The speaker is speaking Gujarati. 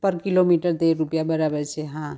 પર કિલોમીટર તેર રૂપિયા બરાબર છે હા